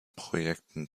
projekten